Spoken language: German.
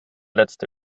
letzte